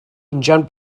injan